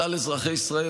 של כלל אזרחי ישראל,